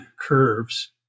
curves